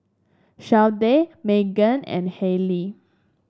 Shardae Magan and Hailee